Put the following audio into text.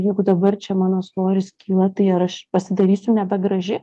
jeigu dabar čia mano svoris kyla tai ar aš pasidarysiu nebegraži